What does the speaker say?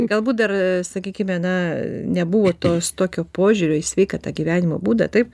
galbūt dar sakykime na nebuvo tos tokio požiūrio į sveiką tą gyvenimo būdą taip